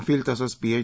feel तसंच pH